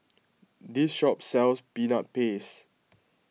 this shop sells Peanut Paste